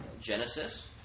Genesis